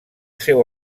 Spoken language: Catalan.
seu